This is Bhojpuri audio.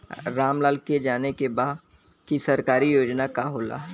राम लाल के जाने के बा की सरकारी योजना का होला?